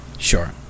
Sure